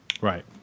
Right